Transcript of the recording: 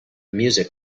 music